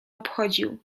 obchodził